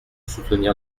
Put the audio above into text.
soutenir